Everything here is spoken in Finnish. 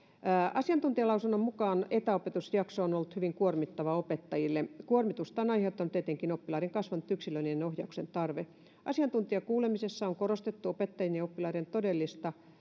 asiantuntijalausunnon mukaan etäopetusjakso on ollut hyvin kuormittava opettajille kuormitusta on aiheuttanut etenkin oppilaiden kasvanut yksilöllinen ohjauksen tarve asiantuntijakuulemisessa on korostettu opettajien ja oppilaiden todellista